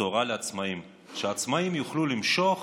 בשורה לעצמאים, שהעצמאים יוכלו למשוך